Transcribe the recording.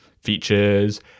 features